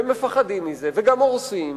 והם מפחדים מזה וגם הורסים.